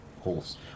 Horse